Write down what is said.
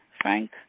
Frank